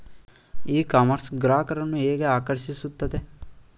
E commerce ಗ್ರಾಹಕರನ್ನು ಹೇಗೆ ಆಕರ್ಷಿಸುತ್ತದೆ?